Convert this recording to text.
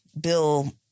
bill